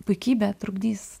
puikybė trukdys